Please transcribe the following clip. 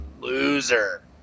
loser